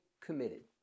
committed